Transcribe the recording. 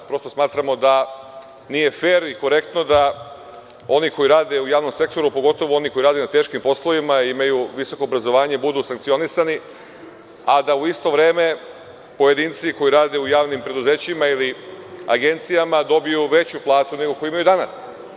Prosto, smatramo da nije fer i korektno da oni koji rade u javnom sektoru, pogotovu oni koji rade na teškim poslovima i imaju visoko obrazovanje budu sankcionisani, a da u isto vreme pojedinci koji rade u javnim preduzećima ili agencijama dobiju veću plata nego koju imaju danas.